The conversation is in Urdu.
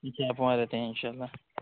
اچھا آپ وہاں رہتے ہیں ان شاء اللہ